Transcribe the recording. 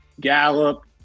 Gallup